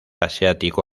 asiático